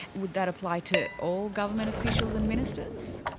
would that apply to all government officials and ministers?